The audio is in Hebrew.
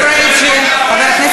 חבר הכנסת פריג', בבקשה